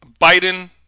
Biden